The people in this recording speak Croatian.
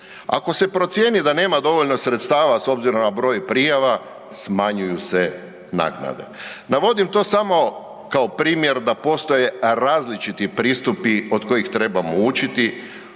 Ako se procijeni da nema dovoljno sredstava s obzirom na broj prijava, smanjuju se naknade. Navodim to samo kao primjer da postoje različiti pristupi od kojih trebamo učiti,